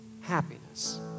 happiness